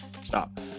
Stop